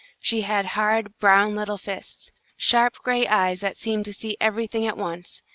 she had hard, brown little fists, sharp gray eyes that seemed to see everything at once,